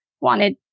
wanted